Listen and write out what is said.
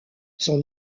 son